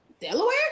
Delaware